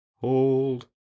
hold